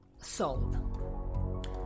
sold